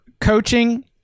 coaching –